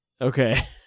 Okay